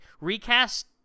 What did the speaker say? recast